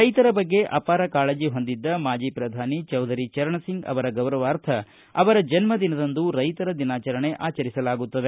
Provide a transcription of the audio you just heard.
ರೈತರ ಬಗ್ಗೆ ಅಪಾರ ಕಾಳಜಿ ಹೊಂದಿದ್ದ ಮಾಜಿ ಪ್ರಧಾನಿ ಚೌಧರಿ ಚರಣಸಿಂಗ್ ಅವರ ಗೌರವಾರ್ಥ ಅವರ ಜನ್ಮ ದಿನದಂದು ರೈತರ ದಿನಚರಣೆ ಆಚರಿಸಲಾಗುತ್ತದೆ